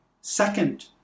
second